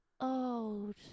old